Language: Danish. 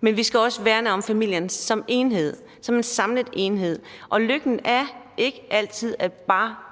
men vi skal også værne om familien som enhed, som en samlet enhed. Og lykken er ikke altid bare